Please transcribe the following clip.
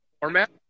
format